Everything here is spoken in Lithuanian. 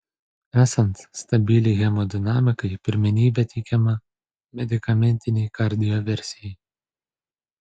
esant stabiliai hemodinamikai pirmenybė teikiama medikamentinei kardioversijai